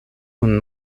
kun